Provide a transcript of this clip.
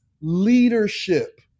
leadership